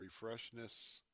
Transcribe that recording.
refreshness